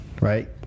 right